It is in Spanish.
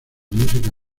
música